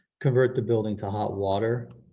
convert the building to hot water,